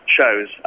shows